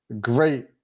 Great